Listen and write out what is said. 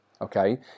okay